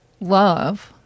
love